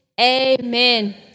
Amen